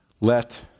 Let